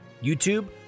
YouTube